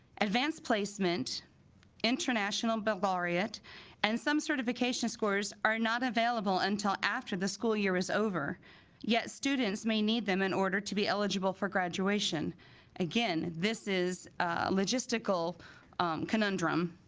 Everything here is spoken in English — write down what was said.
advanced placement international but laureate and some certification scores are not available until after the school year is over yet students may need them in order to be eligible for graduation again this is logistical conundrum